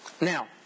Now